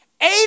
Eight